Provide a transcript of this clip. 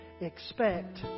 Expect